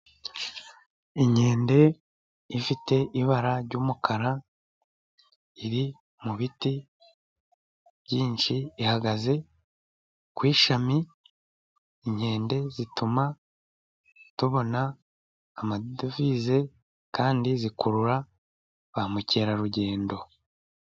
Inkende ifite ibara ry'umukara, iri mu biti byinshi ihagaze ku ishami. Inkende zituma tubona amadovize, kandi zikurura ba Mukerarugendo.